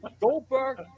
Goldberg